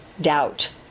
doubt